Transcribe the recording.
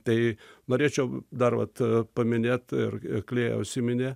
tai norėčiau dar vat paminėt ir klėja užsiminė